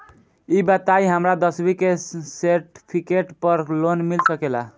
ई बताई हमरा दसवीं के सेर्टफिकेट पर लोन मिल सकेला?